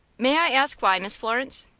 may i ask why, miss florence?